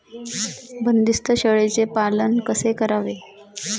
बंदिस्त शेळीचे पालन कसे करावे?